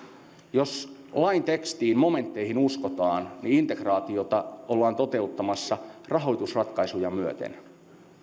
jos lain tekstiin momentteihin uskotaan niin integraatiota ollaan toteuttamassa rahoitusratkaisuja myöten siis